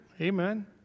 Amen